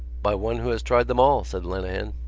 by one who has tried them all, said lenehan.